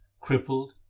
crippled